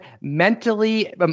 mentally